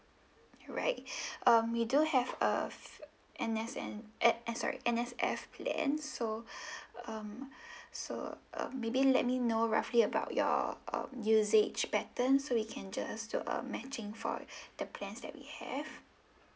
alright um we do have a N S N eh eh sorry N_S_F plan so um so um maybe let me know roughly about your um usage patterns so we can just do a matching for the plans that we have